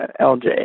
LJ